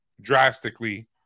drastically